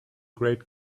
great